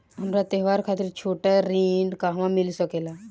हमरा त्योहार खातिर छोटा ऋण कहवा मिल सकेला?